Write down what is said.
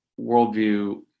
worldview